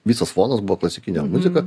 visas fonas buvo klasikinė muzika